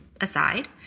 aside